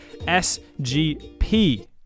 SGP